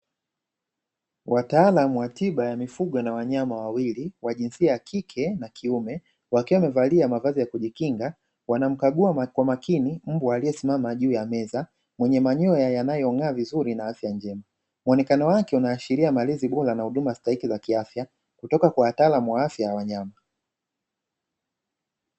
Wataalamu wa tiba ya mifugo na wanyama wawili, wa jinsia ya kike na kiume, wakiwa wamevalia mavazi ya kujikinga, wanamkagua kwa makini mbwa aliyesimama juu ya meza mwenye manyoya yanayong'aa vizuri na afya njema. bMuonekano wake unaashiria maleza bora na huduma stahiki za kiafya, kutoka kwa wataalamu wa afya ya wanyama.